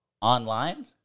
Online